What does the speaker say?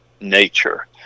nature